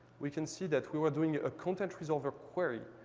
we can see that we were doing a content resolver query.